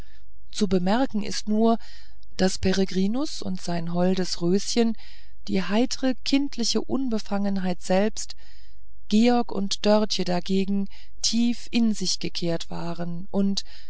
zu bemerken ist nur daß peregrinus und sein holdes röschen die heitre kindliche unbefangenheit selbst george und dörtje dagegen tief in sich gekehrt waren und